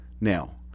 Now